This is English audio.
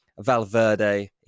Valverde